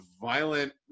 violent